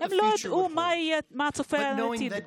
לא יודעים מה צופן העתיד,